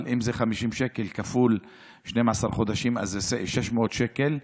אבל אם זה 50 שקלים כפול 12 חודשים זה יוצא 600 שקל,